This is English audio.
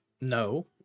No